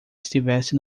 estivesse